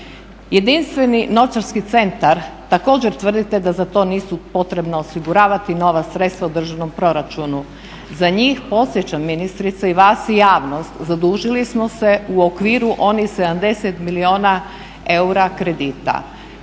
Jedinstveni novčarski centar, također tvrdite da za to nije potrebno osiguravati nova sredstva u državnom proračunu. Za njih, podsjećam ministrice i vas i javnost, zadužili smo se u okviru onih 70 milijuna eura kredita.